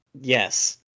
Yes